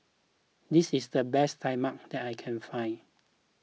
this is the best Tai Mak that I can find